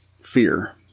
fear